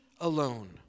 alone